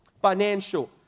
Financial